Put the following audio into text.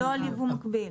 לא על יבוא מקביל.